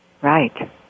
Right